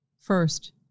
First